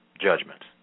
judgments